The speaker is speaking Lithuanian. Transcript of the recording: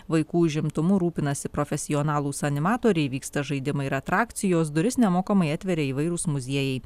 vaikų užimtumu rūpinasi profesionalūs animatoriai vyksta žaidimai ir atrakcijos duris nemokamai atveria įvairūs muziejai